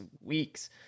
weeks